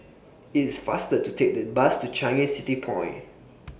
IT IS faster to Take The Bus to Changi City Point